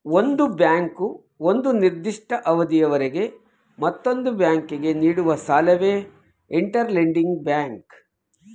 ಒಂದು ಬ್ಯಾಂಕು ಒಂದು ನಿರ್ದಿಷ್ಟ ಅವಧಿಯವರೆಗೆ ಮತ್ತೊಂದು ಬ್ಯಾಂಕಿಗೆ ನೀಡುವ ಸಾಲವೇ ಇಂಟರ್ ಲೆಂಡಿಂಗ್ ಬ್ಯಾಂಕ್